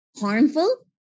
harmful